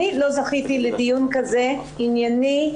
אני לא זכיתי לדיון כזה ענייני,